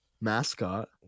mascot